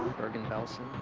bergen-belsen,